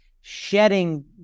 shedding